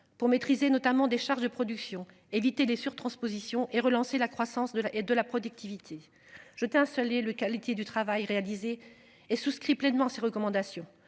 pour maîtriser notamment des charges de production, éviter les surtranspositions et relancer la croissance de la et de la productivité je installé le qualité du travail réalisé et souscrit pleinement ses recommandations.